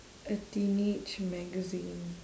a teenage magazine